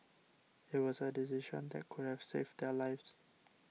it was a decision that could have saved their lives